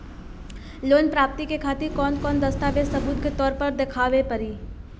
Loan प्राप्ति के खातिर कौन कौन दस्तावेज सबूत के तौर पर देखावे परी?